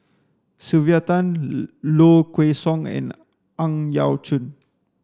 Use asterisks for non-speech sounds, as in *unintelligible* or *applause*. Sylvia Tan *unintelligible* Low Kway Song and Ang Yau Choon